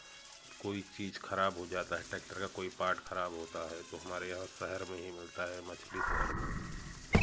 कोई चीज़ खराब हो जाता है ट्रैक्टर का कोई पार्ट खराब होता है तो हमारे यहाँ शहर में ही मिलता है मछली शहर में